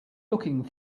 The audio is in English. looking